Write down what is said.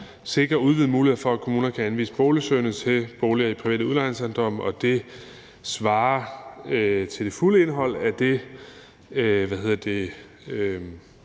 sikre udvidede muligheder for, at kommuner kan anvise boliger til boligsøgende i private udlejningsejendomme. Det svarer til det fulde indhold af det regeringsudspil,